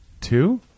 Two